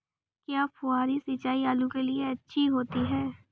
क्या फुहारी सिंचाई आलू के लिए अच्छी होती है?